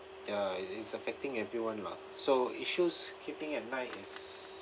ya it's it's affecting everyone lah so issues keeping at night is